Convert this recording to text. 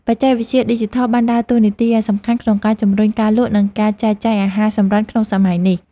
បច្ចេកវិទ្យាឌីជីថលបានដើរតួនាទីយ៉ាងសំខាន់ក្នុងការជំរុញការលក់និងការចែកចាយអាហារសម្រន់ក្នុងសម័យនេះ។